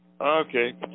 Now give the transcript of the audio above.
Okay